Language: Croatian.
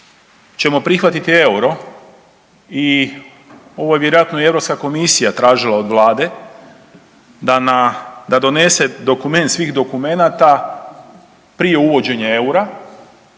ćemo prihvatiti euro i ovo je vjerojatno i Europska komisija tražila od Vlade da donese dokument svih dokumenata prije uvođenja eura,